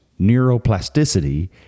neuroplasticity